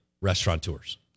restaurateurs